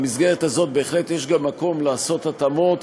במסגרת הזאת בהחלט יש גם מקום לעשות התאמות